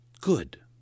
Good